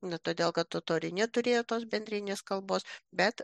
ne todėl kad totoriai neturėjo tos bendrinės kalbos bet